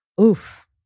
Oof